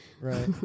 Right